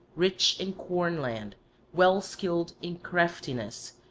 rich in corn-land, well skilled in craftiness,